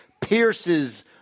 pierces